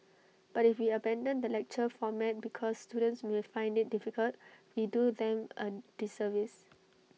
but if we abandon the lecture format because students may find IT difficult we do them A disservice